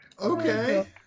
Okay